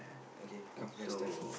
okay come let's start